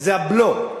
זה הבלו.